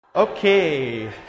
Okay